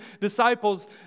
disciples